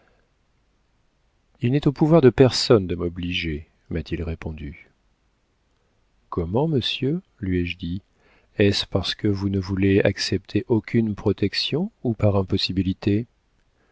il n'est au pouvoir de personne de m'obliger m'a-t-il répondu comment monsieur lui ai-je dit est-ce parce que vous ne voulez accepter aucune protection ou par impossibilité